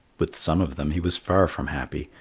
with some of them he was far from happy,